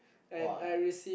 and I received